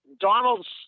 Donald's